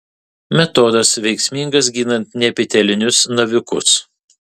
metodas veiksmingas gydant neepitelinius navikus